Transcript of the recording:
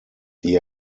die